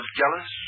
jealous